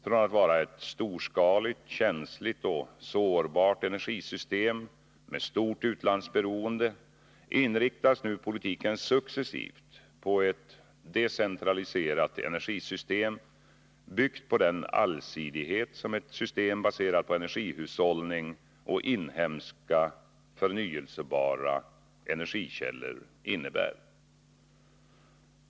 Från att vara ett storskaligt, känsligt och sårbart energisystem med stort utlandsberoende inriktas nu politiken successivt på ett decentraliserat energisystem, byggt på den allsidighet som ett system baserat på energihushållning och inhemska, förnyelsebara energikällor innebär.